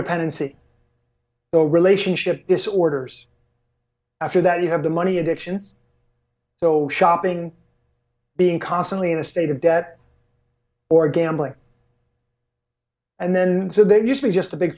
dependency the relationship disorders after that you have the money addiction so shopping being constantly in a state of debt or gambling and then so then usually just the big